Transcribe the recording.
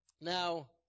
Now